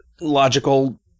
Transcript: logical